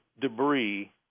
debris